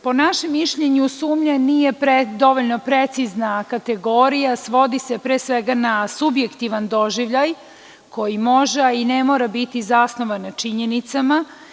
Po našem mišljenju, sumnja nije dovoljno precizna kategorija, svodi se pre svega na subjektivan doživljaj koji može, a i ne mora biti zasnovan na činjenicama.